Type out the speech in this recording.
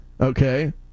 okay